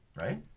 right